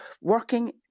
working